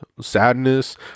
sadness